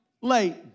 late